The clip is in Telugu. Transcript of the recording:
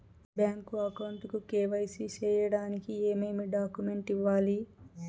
బ్యాంకు అకౌంట్ కు కె.వై.సి సేయడానికి ఏమేమి డాక్యుమెంట్ ఇవ్వాలి?